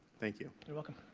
thank you. you're welcome.